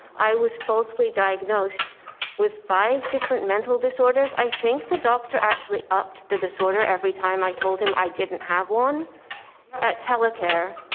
i was falsely diagnosed with five different mental disorders, i think the doctor actually upped the disorder every time i told him i didn't have one at telecare.